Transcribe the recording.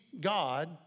God